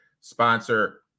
sponsor